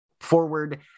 forward